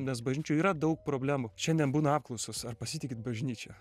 nes bažnyčioj yra daug problemų šiandien būna apklausos ar pasitikit bažnyčia